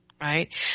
right